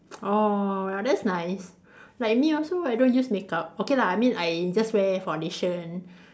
oh that's nice like me also I don't use makeup okay lah I mean I just wear foundation